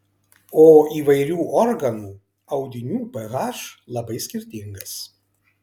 o įvairių organų audinių ph labai skirtingas